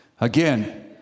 Again